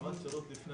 רמת השרות לפני